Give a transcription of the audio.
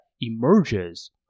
emerges